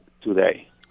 today